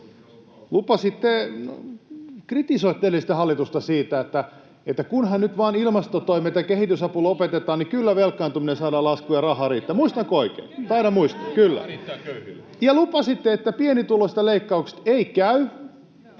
Kritisoitte edellistä hallitusta niin, että kunhan nyt vain ilmastotoimet ja kehitysapu lopetetaan, niin kyllä velkaantuminen saadaan laskuun ja raha riittää. Muistanko oikein? Taidan muistaa. [Annika Saarikko: Kyllä!] — Kyllä. — Ja lupasitte, että pienituloisten leikkaukset eivät